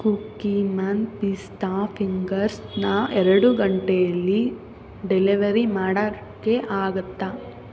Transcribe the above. Cookieman ಪಿಸ್ತಾ ಫಿಂಗರ್ಸ್ನಾ ಎರಡು ಗಂಟೆಯಲ್ಲಿ ಡೆಲಿವರಿ ಮಾಡೋಕ್ಕೆ ಆಗುತ್ತಾ